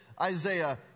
Isaiah